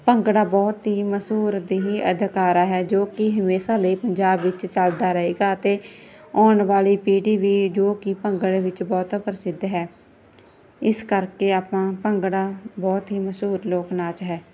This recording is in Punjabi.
ਭੰਗੜਾ ਬਹੁਤ ਹੀ ਮਸ਼ਹੂਰ ਦੇਹੀ ਅਧਿ ਕਾਰਾ ਹੈ ਜੋ ਕਿ ਹਮੇਸ਼ਾ ਲਈ ਪੰਜਾਬ ਵਿੱਚ ਚੱਲਦਾ ਰਹੇਗਾ ਅਤੇ ਆਉਣ ਵਾਲੀ ਪੀੜ੍ਹੀ ਵੀ ਜੋ ਕਿ ਭੰਗੜੇ ਵਿੱਚ ਬਹੁਤਾ ਪ੍ਰਸਿੱਧ ਹੈ ਇਸ ਕਰਕੇ ਆਪਾਂ ਭੰਗੜਾ ਬਹੁਤ ਹੀ ਮਸ਼ਹੂਰ ਲੋਕ ਨਾਚ ਹੈ